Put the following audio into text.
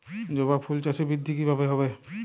জবা ফুল চাষে বৃদ্ধি কিভাবে হবে?